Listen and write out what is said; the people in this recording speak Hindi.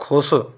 ख़ुश